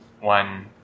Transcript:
one